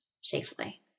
safely